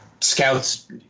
scouts